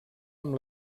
amb